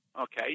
okay